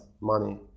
money